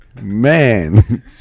Man